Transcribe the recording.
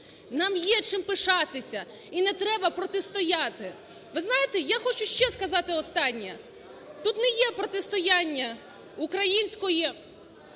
Нам є чим пишатися. І не треба протистояти. Ви знаєте, я хочу ще сказати останнє. Тут не є протистояння українського